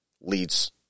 leads